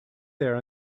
there